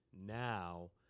now